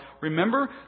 remember